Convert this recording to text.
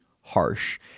harsh